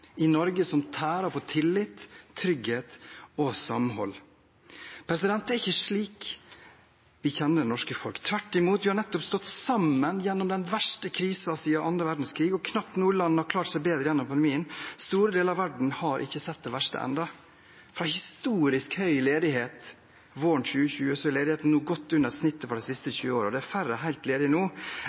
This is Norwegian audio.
i Norge som tærer på tillit, trygghet og samhold. Det er ikke slik vi kjenner det norske folk – tvert imot: Vi har nettopp stått sammen gjennom den verste krisen siden andre verdenskrig, og knapt noe land har klart seg bedre gjennom pandemien. Store deler av verden har ikke sett det verste ennå. Fra historisk høy ledighet våren 2020 er ledigheten nå godt under snittet for de siste 20 årene – det er færre helt ledige nå